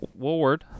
Woolward